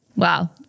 Wow